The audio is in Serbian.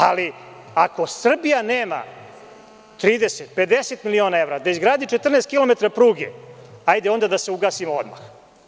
Ali, ako Srbija nema 30, 50 miliona evra da izgradi 14 kilometara pruge, hajde da se ugasimo odmah.